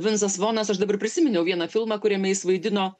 vincas vonas aš dabar prisiminiau vieną filmą kuriame jis vaidino